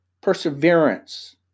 perseverance